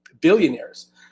billionaires